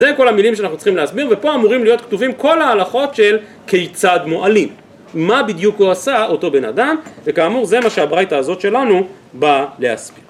‫זה כל המילים שאנחנו צריכים להסביר, ‫ופה אמורים להיות כתובים ‫כל ההלכות של כיצד מועלים, ‫מה בדיוק הוא עשה, אותו בן אדם, ‫וכאמור, זה מה שהברייתא הזאת שלנו ‫באה להסביר.